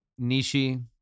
Nishi